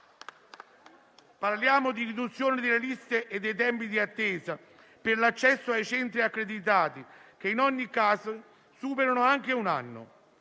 Parliamo di riduzione delle liste e dei tempi di attesa per l'accesso ai centri accreditati, che in qualche caso superano anche un anno.